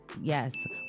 yes